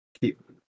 keep